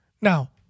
Now